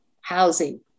housing